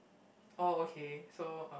oh okay so uh